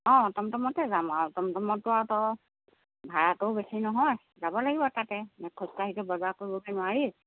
অঁ টমটমতে যাম আৰু টমটমতে ভাড়াটোও বেচি নহয় যাব লাগিব তাতে নে খোজকাঢ়িটো বজাৰ কৰিবগৈ নোৱাৰি